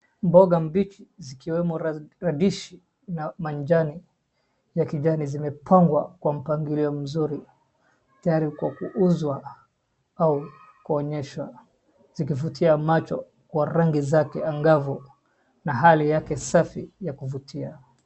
Mboga mbichi zikiwemo radishi na manjano ya kijani zimepangwa kwa mpangilio mzuri, tayari kwa kuuzwa au kuonyeshwa zikivutia macho kwa rangi zake angavu na hali yake safi ya kuvutia.